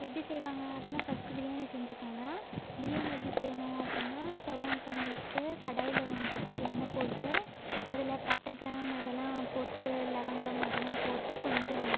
எப்படி செய்வாங்க அப்படின்னா ஃபஸ்ட்டு பிரியாணி செஞ்சுக்கங்க பிரியாணி எப்படி செய்யணும் அப்புடினா ஸ்டவ் ஆன் பண்ணி வச்சுட்டு கடாயில் வந்துட்டு எண்ணெய் போட்டு அதில் பட்டை கிராம்பு அதெல்லாம் போட்டு லவங்கம் அதெல்லாம் போட்டு கொஞ்சம்